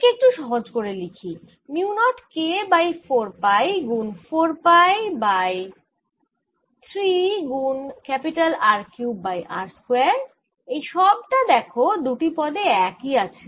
একে একটু সহজ করে লিখি mu nought K by 4 pi গুন 4পাই বাই 3 গুন R cube by r square এই সবটা দেখো দুটি পদেই এক আছে